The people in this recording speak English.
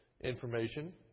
information